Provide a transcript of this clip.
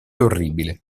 orribile